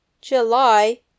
July